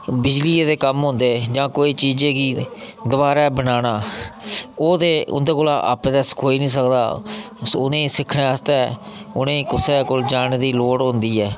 बिजलियै दे कम्म होंदे जां कोई चीज़ै गी दोआरै बनाना ओह् ते उं'दे कोला आपे ते सखोई निं सकदा उ'नें ई सिक्खनै आस्तै उ'नें ई कुसै कोल जाने दी लोड़ होंदी ऐ